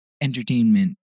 entertainment